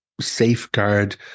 safeguard